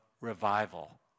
revival